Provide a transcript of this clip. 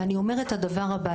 ואני אומרת את הדבר הבא.